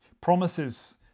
promises